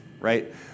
right